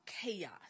chaos